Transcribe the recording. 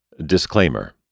Disclaimer